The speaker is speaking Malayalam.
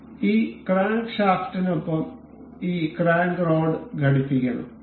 അതിനാൽ ഈ ക്രാങ്ക് ഷാഫ്റ്റിനൊപ്പം ഈ ക്രാങ്ക് റോഡ് ഘടിപ്പിക്കണം